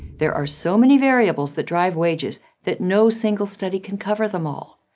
there are so many variables that drive wages that no single study can cover them all.